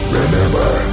remember